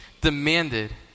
demanded